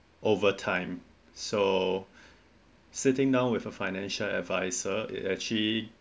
overtime so sitting down with a financial adviser it actually